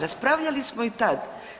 Raspravljali smo i tad.